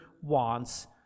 wants